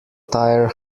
tyre